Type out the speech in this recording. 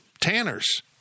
Tanner's